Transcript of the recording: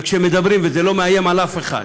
וכשמדברים וזה לא מאיים על אף אחד,